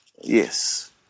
Yes